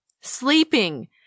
sleeping